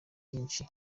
byinshi